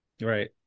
Right